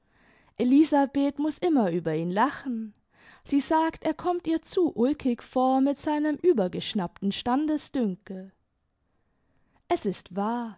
elisabeth muß immer über ihn lachen sie sagt er kommt ihr zu ulkig vor mit seinem übergeschnappten standesdünkel es ist wahr